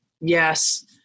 Yes